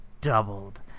doubled